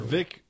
Vic